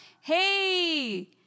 Hey